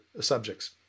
subjects